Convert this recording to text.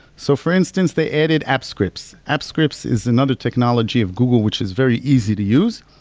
so for instance, they added apps scripts. apps scripts is another technology of google, which is very easy to use.